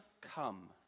come